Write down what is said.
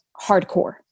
hardcore